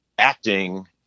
acting